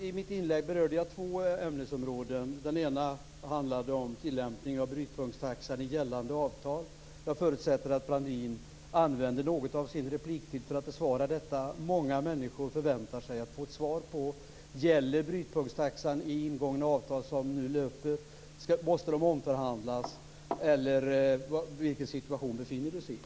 I mitt inlägg berörde jag två ämnesområden. Det ena handlade om tillämpning av brytpunktstaxan i gällande avtal. Jag förutsätter att Brandin använder något av sin repliktid för att besvara min fråga som många människor förväntar sig att få ett svar på: Gäller brytpunktstaxan vid ingångna avtal som nu löper? Måste de omförhandlas, eller vilken situation befinner vi oss i?